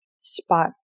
spot